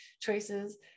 choices